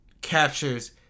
captures